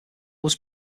was